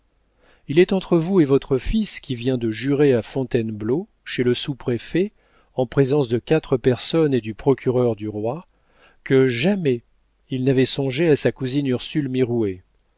il est entre vous et votre fils qui vient de jurer à fontainebleau chez le sous-préfet en présence de quatre personnes et du procureur du roi que jamais il n'avait songé à sa cousine ursule